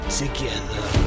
together